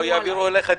לא יעבירו אליך דיונים,